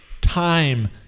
time